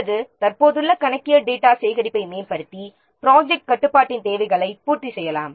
அல்லது தற்போதுள்ள கணக்கியல் டேட்டா சேகரிப்பை மேம்படுத்தி ப்ரொஜெக்ட்க் கட்டுப்பாட்டின் தேவைகளைப் பூர்த்தி செய்லாம்